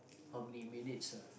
how many minutes ah